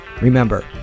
Remember